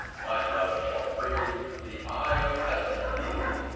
my love shall brave the eye of heaven at noon,